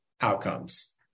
outcomes